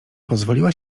pozwoliła